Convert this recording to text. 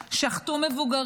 שחטו מבוגרים,